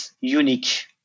unique